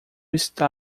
está